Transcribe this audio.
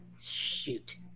Shoot